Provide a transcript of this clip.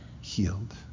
healed